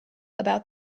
about